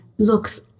looks